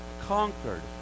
conquered